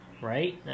Right